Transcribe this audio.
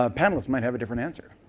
ah panelists might have a different answer.